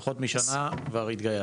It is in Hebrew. פחות משנה וכבר התגייסת.